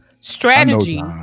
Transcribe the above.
strategy